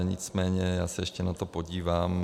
Nicméně já se ale ještě na to podívám.